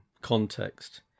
context